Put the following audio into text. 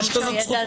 יש זכות כזאת?